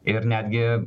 ir netgi